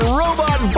robot